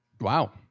wow